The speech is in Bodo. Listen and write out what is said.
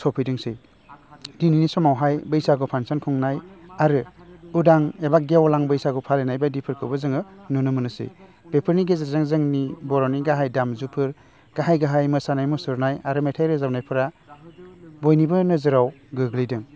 सौफैदोंसै दिनैनि समावहाय बैसागु फांसन खुंनाय आरो उदां एबा गेवलां बैसागु फालिनाय बायदिफोरखौबो जोङो नुनो मोनोसै बेफोरनि गेजेरजों जोंनि बरनि गाहाइ दामजुफोर गाहाइ गाहाइ मोसानाय मुसुरनाय आरो मेथाइ रोजाबनायफोरा बयनिबो नोजोराव गोग्लैदों